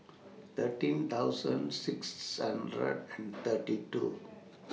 thirteen thousand six hundred and thirty two